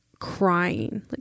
crying